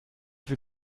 viel